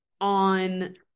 on